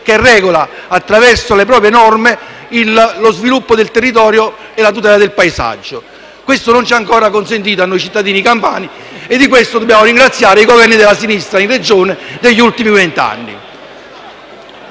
che regoli, attraverso le proprie norme, lo sviluppo del territorio e la tutela del paesaggio. Questo non è ancora consentito a noi cittadini campani e di questo dobbiamo ringraziare i governi regionali della sinistra degli ultimi vent’anni.